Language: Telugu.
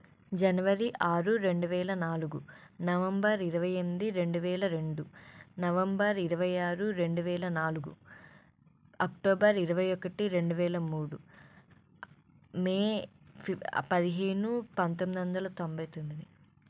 జనవరి ఆరు రెండు వేల నాలుగు నవంబర్ ఇరవై ఎనిమిది రెండు వేల రెండు నవంబర్ ఇరవై ఆరు రెండు వేల నాలుగు అక్టోబర్ ఇరవై ఒకటి రెండు వేల మూడు మే ఫిబ్ పదిహేను పంతొమ్మిది వందల తొంభై తొమ్మిది